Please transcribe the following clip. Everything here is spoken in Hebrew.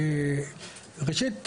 ראשית,